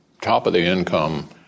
top-of-the-income